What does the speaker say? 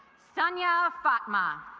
sonia fatma